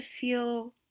feel